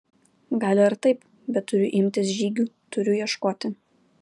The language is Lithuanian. gal ir taip bet turiu imtis žygių turiu ieškoti